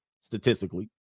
statistically